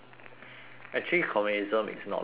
actually communism is not bad you know